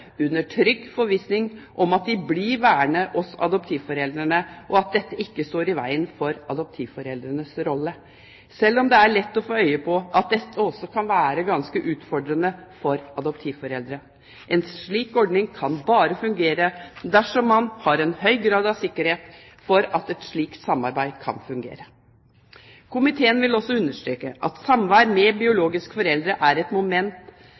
under trygg forvissning om at de blir værende hos adoptivforeldrene, og at dette ikke står i veien for adoptivforeldrenes rolle, selv om det er lett å få øye på at dette også kan være ganske utfordrende for adoptivforeldrene. En slik ordning kan bare fungere dersom man har en høy grad av sikkerhet for at et slikt samarbeid kan fungere. Komiteen vil også understreke at samvær med biologiske foreldre er ett moment